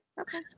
okay